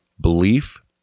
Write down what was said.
Belief